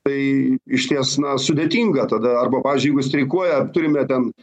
tai išties na sudėtinga tada arba pavyzdžiui jeigu streikuoja turime ten